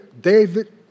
David